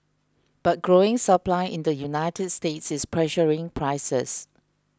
but growing supply in the United States is pressuring prices